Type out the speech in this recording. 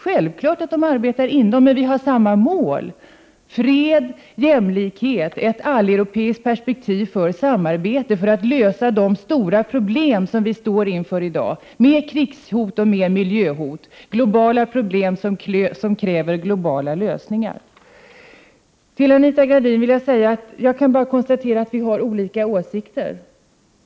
Självfallet arbetar Italien enligt dessa förutsättningar, men vi har samma mål: fred, jämlikhet, ett alleuropeiskt perspektiv för samarbete för att lösa de stora problem som vi står inför i dag med krigshot och miljöhot. Det är globala problem som kräver globala lösningar. Till Anita Gradin vill jag bara säga att jag kan konstatera att vi har olika åsikter.